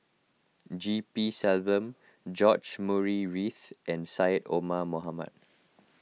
G P Selvam George Murray Reith and Syed Omar Mohamed